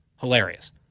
Hilarious